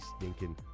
stinking